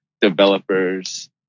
developers